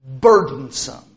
burdensome